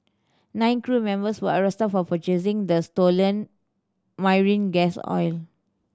nine crew members were arrested for purchasing the stolen marine gas oil